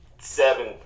seven